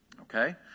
okay